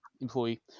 employee